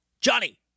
Johnny